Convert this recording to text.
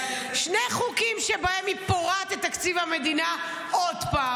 שני חוקים שבהם היא פורעת את תקציב המדינה עוד פעם.